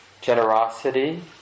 generosity